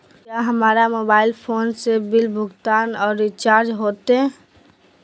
क्या हमारा mobile phone से बिल भुगतान और रिचार्ज होते?